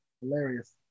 Hilarious